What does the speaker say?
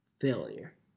failure